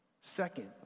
Second